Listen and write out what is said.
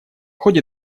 ходе